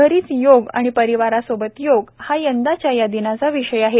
घरीच योग आणि परिवारासोबत योग हा यंदाच्या या दिनाचा विषय आहे